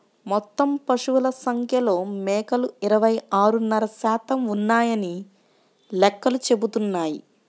మొత్తం పశువుల సంఖ్యలో మేకలు ఇరవై ఆరున్నర శాతం ఉన్నాయని లెక్కలు చెబుతున్నాయి